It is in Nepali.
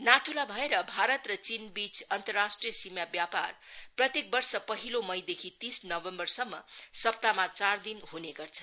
नाथुला भारत भएर चीनबीच अन्तर्राष्ट्रिय सीमा व्यापार प्रत्येक वर्ष पहिलो मईदेखि तीस नवम्बरसम्म सप्ताहमा चार दिन हुने गर्छ